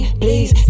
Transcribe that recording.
please